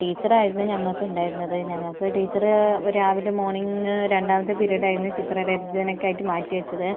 ടീച്ചറായിരുന്നു ഞങ്ങൾക്കുണ്ടായിരുന്നത് ഞങ്ങൾക്ക് ടീച്ചറ് രാവിലെ മോർണിംഗ് രണ്ടാമത്തെ പീരീഡായിരുന്നു ചിത്ര രചനയ്ക്കായിട്ട് മാറ്റി വച്ചത്